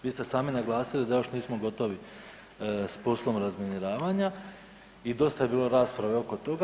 Vi ste sami naglasili da još nismo gotovi sa poslom razminiravanja i dosta je bilo rasprave oko toga.